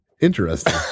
interesting